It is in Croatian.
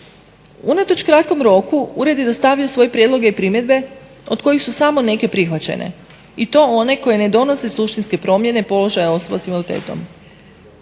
Unatoč kratkom roku ured je dostavio svoje prijedloge i primjedbe od kojih su samo neke prihvaćene i to one koje ne donose suštinske promjene položaja osoba sa invaliditetom.